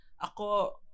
ako